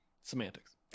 Semantics